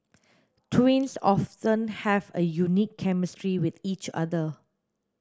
twins often have a unique chemistry with each other